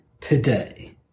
today